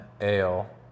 ale